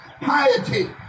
piety